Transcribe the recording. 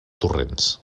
torrents